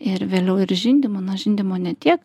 ir vėliau ir žindymo na žindymo ne tiek